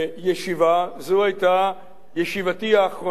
זו היתה ישיבתי האחרונה באותה ממשלה.